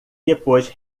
depois